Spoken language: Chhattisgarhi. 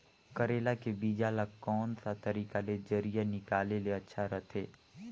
करेला के बीजा ला कोन सा तरीका ले जरिया निकाले ले अच्छा रथे?